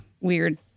weird